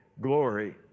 glory